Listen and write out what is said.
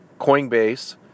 Coinbase